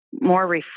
more